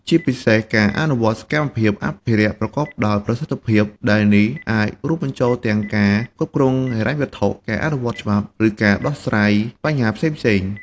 ជាពិសេសការអនុវត្តសកម្មភាពអភិរក្សប្រកបដោយប្រសិទ្ធភាព ដែលនេះអាចរួមបញ្ចូលទាំងការគ្រប់គ្រងហិរញ្ញវត្ថុ ការអនុវត្តច្បាប់ ឬការដោះស្រាយបញ្ហាផ្សេងៗ។